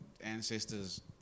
ancestors